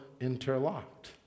interlocked